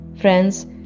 Friends